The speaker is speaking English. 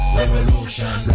revolution